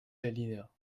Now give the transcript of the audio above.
l’alinéa